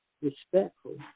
respectful